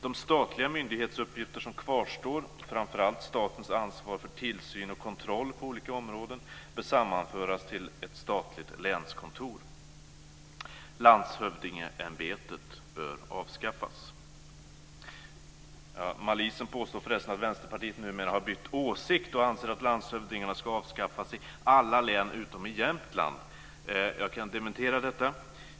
De statliga myndighetsuppgifter som kvarstår, framför allt statens ansvar för tillsyn och kontroll på olika områden, bör sammanföras till ett statligt länskontor. Landshövdingeämbetet bör avskaffas. Malisen påstår förresten att Vänsterpartiet numera har bytt åsikt och anser att landshövdingarna ska avskaffas i alla län utom i Jämtland. Jag kan dementera detta.